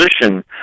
position